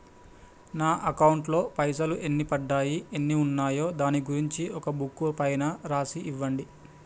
నా అకౌంట్ లో పైసలు ఎన్ని పడ్డాయి ఎన్ని ఉన్నాయో దాని గురించి ఒక బుక్కు పైన రాసి ఇవ్వండి?